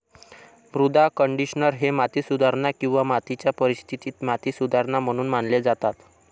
मृदा कंडिशनर हे माती सुधारणा किंवा मातीच्या परिस्थितीत माती सुधारणा म्हणून मानले जातात